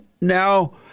now